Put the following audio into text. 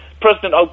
President